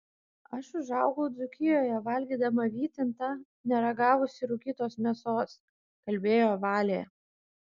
aš užaugau dzūkijoje valgydama vytintą neragavusi rūkytos mėsos kalbėjo valė